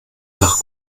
tag